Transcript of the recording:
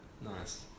Nice